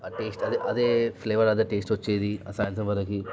అద్ టేస్ట్ అదే ఫ్లేవర్ అదే టేస్ట్ వచ్చేది సాయంత్రం వరకి